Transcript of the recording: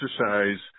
exercise